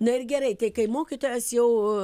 na ir gerai tai kai mokytojas jau